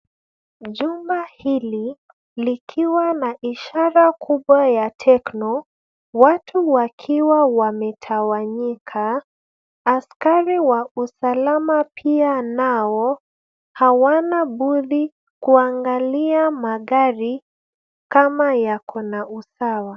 Jumba hili, likiwa na ishara kubwa ya Tecno, watu wakiwa wametawanyika. Askari wa usalama pia nao hawana budi kuangalia magari kama yako na usawa.